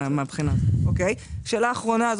שאלה אחרונה.